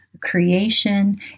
creation